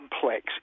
complex